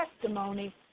testimony